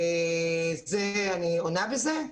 בזה עניתי לך?